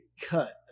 cut